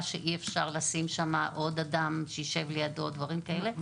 שאי אפשר לשים שם עוד אדם שיישב לידו או דברים כאלה,